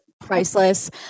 priceless